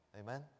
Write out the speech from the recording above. Amen